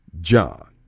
John